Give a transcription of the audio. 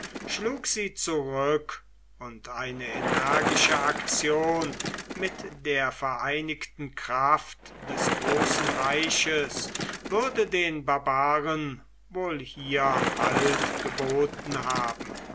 schlug sie zurück und eine energische aktion mit der vereinigten kraft des großen reiches würde den barbaren wohl hier halt geboten haben